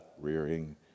rearing